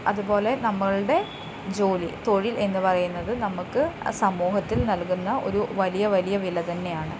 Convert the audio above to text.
അതുപോലെ നമ്മളുടെ ജോലി തൊഴിൽ എന്നു പറയുന്നത് നമുക്ക് സമൂഹത്തിൽ നൽകുന്ന ഒരു വലിയ വലിയ വില തന്നെയാണ്